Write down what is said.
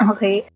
Okay